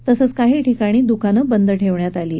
तसंच काही ठिकाणी दुकानं बंद ठेवण्यात आली आहेत